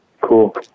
Cool